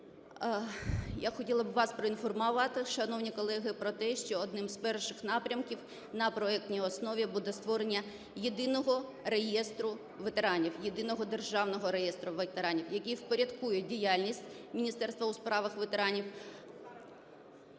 Я хотіла б вас проінформувати, шановні колеги, про те, що одним з перших напрямків на проектній основі буде створення єдиного реєстру ветеранів – Єдиного державного реєстру ветеранів, який впорядкує діяльність Міністерства у справах ветеранів,